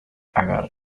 agar